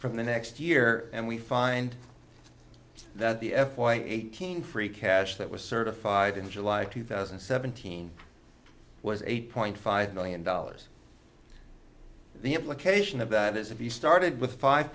from the next year and we find that the employee eighteen free cash that was certified in july two thousand and seventeen was eight point five million dollars the implication of that is if you started with five